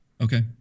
Okay